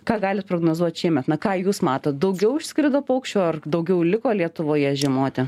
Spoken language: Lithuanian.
ką galit prognozuot šiemet na ką jūs matot daugiau išskrido paukščių ar daugiau liko lietuvoje žiemoti